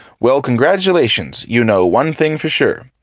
well, congratulations, you know one thing for sure.